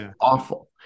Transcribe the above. awful